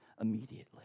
immediately